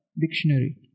Dictionary